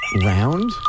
Round